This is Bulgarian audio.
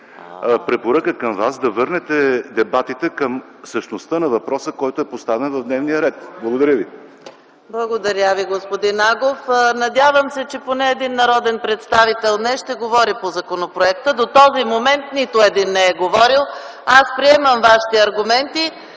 препоръка към Вас да върнете дебатите към същността на въпроса, който е поставен в дневния ред. Благодаря ви. ПРЕДСЕДАТЕЛ ЕКАТЕРИНА МИХАЙЛОВА: Благодаря Ви, господин Агов. Надявам се, че поне един народен представител днес ще говори по законопроекта. До този момент нито един не е говорил. Аз приемам Вашите аргументи,